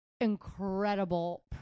incredible